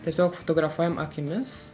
tiesiog fotografuojam akimis